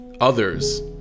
others